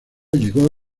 llegó